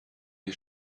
wir